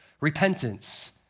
repentance